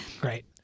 Great